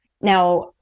now